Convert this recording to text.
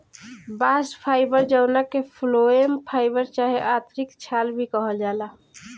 bast fibre जवना के phloem fibre चाहे आंतरिक छाल भी कहल जाला